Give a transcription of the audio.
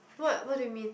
what what do you mean